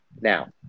now